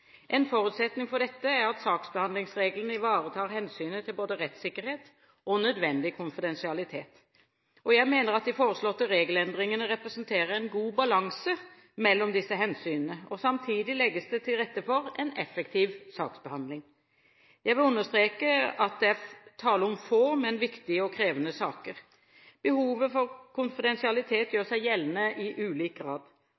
En forutsetning for dette er at saksbehandlingsreglene ivaretar hensynet til både rettssikkerhet og nødvendig konfidensialitet. Jeg mener at de foreslåtte regelendringene representerer en god balanse mellom disse hensynene. Samtidig legges det til rette for en effektiv saksbehandling. Jeg vil understreke at det er tale om få, men viktige og krevende saker. Behovet for konfidensialitet